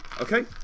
Okay